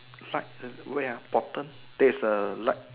light wait ah bottom there's a light